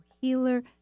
Healer